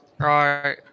Right